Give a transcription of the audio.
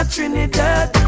Trinidad